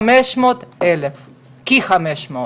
500,000 לערך.